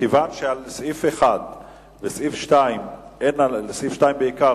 מכיוון שלסעיף 1 ולסעיף 2 בעיקר,